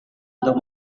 untuk